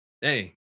hey